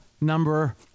number